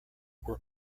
were